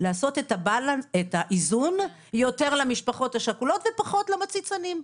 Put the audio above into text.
לעשות את האיזון יותר למשפחות השכולות ופחות למציצנים.